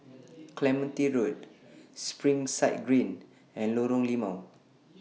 Clementi Road Springside Green and Lorong Limau